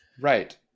right